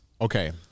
Okay